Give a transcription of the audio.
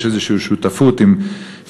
יש איזו שותפות עם פילנתרופים,